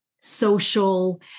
social